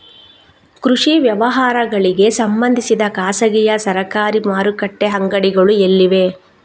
ಕೃಷಿ ವ್ಯವಹಾರಗಳಿಗೆ ಸಂಬಂಧಿಸಿದ ಖಾಸಗಿಯಾ ಸರಕಾರಿ ಮಾರುಕಟ್ಟೆ ಅಂಗಡಿಗಳು ಎಲ್ಲಿವೆ?